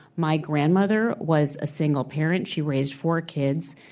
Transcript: my grandmother was a single parent. she raised four kids.